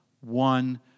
one